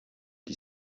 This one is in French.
qui